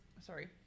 Sorry